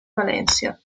valencia